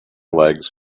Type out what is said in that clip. legs